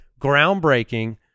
groundbreaking